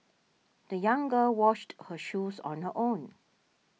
the young girl washed her shoes on her own